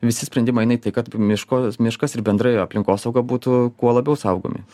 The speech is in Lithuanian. visi sprendimai eina į tai kad miško miškas ir bendrai aplinkosauga būtų kuo labiau saugomi